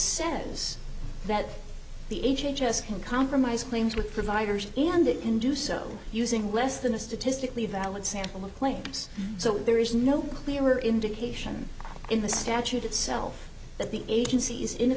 says that the h h s can compromise claims with providers and they can do so using less than a statistically valid sample of claims so there is no clear indication in the statute itself that the agency is in a